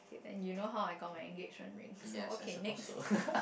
then you know how I got my engagement ring so okay next